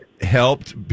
helped